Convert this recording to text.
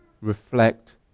reflect